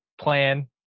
plan